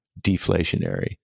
deflationary